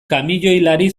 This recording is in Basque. kamioilari